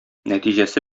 нәтиҗәсе